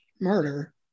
murder